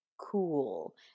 cool